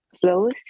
flows